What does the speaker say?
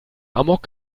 amok